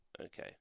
okay